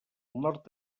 nord